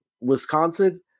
Wisconsin